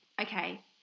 Okay